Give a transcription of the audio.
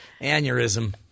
aneurysm